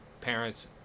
parents